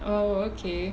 oh okay